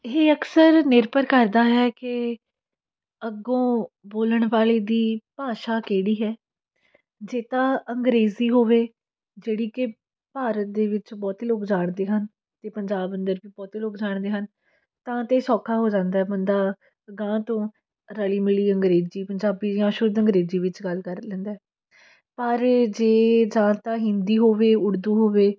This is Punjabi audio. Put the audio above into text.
ਇਹ ਅਕਸਰ ਨਿਰਭਰ ਕਰਦਾ ਹੈ ਕਿ ਅੱਗੋਂ ਬੋਲਣ ਵਾਲੇ ਦੀ ਭਾਸ਼ਾ ਕਿਹੜੀ ਹੈ ਜੇ ਤਾਂ ਅੰਗਰੇਜ਼ੀ ਹੋਵੇ ਜਿਹੜੀ ਕਿ ਭਾਰਤ ਦੇ ਵਿੱਚ ਬਹੁਤੇ ਲੋਕ ਜਾਣਦੇ ਹਨ ਅਤੇ ਪੰਜਾਬ ਅੰਦਰ ਵੀ ਬਹੁਤੇ ਲੋਕਾਂ ਜਾਣਦੇ ਹਨ ਤਾਂ ਤਾਂ ਸੌਖਾ ਹੋ ਜਾਂਦਾ ਬੰਦਾ ਅਗਾਂਹ ਤੋਂ ਰਲੀ ਮਿਲੀ ਅੰਗਰੇਜ਼ੀ ਪੰਜਾਬੀ ਯਾਂ ਸ਼ੁੱਧ ਅੰਗਰੇਜ਼ੀ ਵਿੱਚ ਗੱਲ ਕਰ ਲੈਂਦਾ ਪਰ ਜੇ ਜਾਂ ਤਾਂ ਹਿੰਦੀ ਹੋਵੇ ਉਰਦੂ ਹੋਵੇ